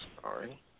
Sorry